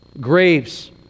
Graves